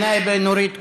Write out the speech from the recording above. אל-נאא'בה נורית קורן.